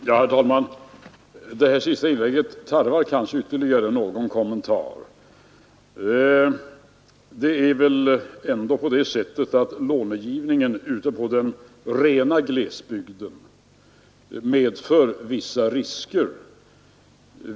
Herr talman! Det här senaste inlägget tarvar kanske ytterligare någon kommentar. Lånegivningen ute på den rena glesbygden medför väl ändå vissa risker.